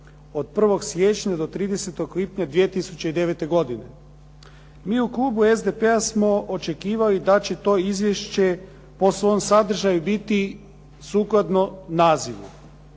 od 1. siječnja do 30. lipnja 2009. godine. Mi u klubu SDP-a smo očekivali da će to izvješće po svom sadržaju biti sukladno nazivu.